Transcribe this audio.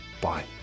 Bye